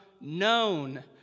known